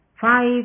Five